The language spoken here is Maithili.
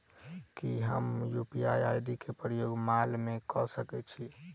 की हम यु.पी.आई केँ प्रयोग माल मै कऽ सकैत छी?